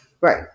Right